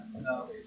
No